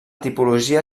tipologia